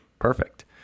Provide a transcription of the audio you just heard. Perfect